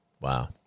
Wow